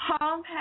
Homepage